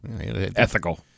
Ethical